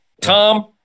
Tom